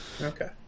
Okay